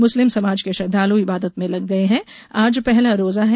मुस्लिम समाज के श्रद्वालू इबादत में लग गए हैं आज पहला रोज़ा है